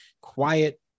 quiet